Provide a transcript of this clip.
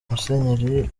musenyeri